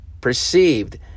perceived